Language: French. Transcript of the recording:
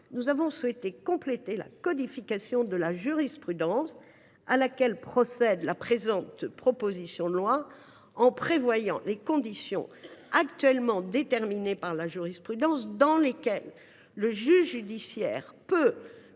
nous avons souhaité compléter la codification de la jurisprudence qu’opère la présente proposition de loi, en prévoyant les conditions, actuellement déterminées par la jurisprudence, dans lesquelles le juge judiciaire peut,